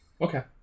okay